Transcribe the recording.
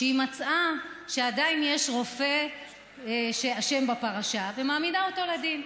שמצאה שעדיין יש רופא שאשם בפרשה ומעמידה אותו לדין.